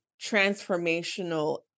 transformational